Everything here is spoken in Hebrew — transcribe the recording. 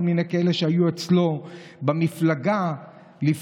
כל מיני כאלה שהיו אצלו במפלגה לפני,